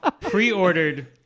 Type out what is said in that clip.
pre-ordered